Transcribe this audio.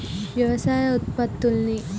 వ్యవసాయ ఉత్పత్తుల్ని